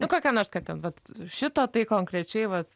nu kokia nors kad ten vat šito tai konkrečiai vat